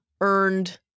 earned